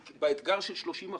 באתגר של 30 אחוזים,